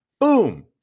Boom